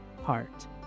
heart